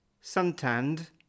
Suntanned